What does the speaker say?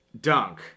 dunk